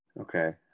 Okay